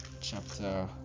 chapter